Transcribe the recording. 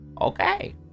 Okay